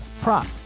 prop